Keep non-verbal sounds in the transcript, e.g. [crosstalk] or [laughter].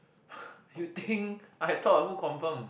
[breath] you think I thought who confirm